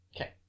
Okay